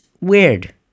weird